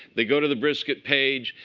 they go to the brisket page.